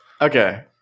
Okay